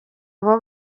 abo